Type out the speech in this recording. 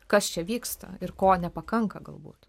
kas čia vyksta ir ko nepakanka galbūt